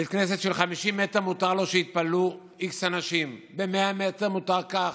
שבית כנסת של 50 מטרים מותר שיתפללו בו x אנשים וב-100 מטר מותר כך.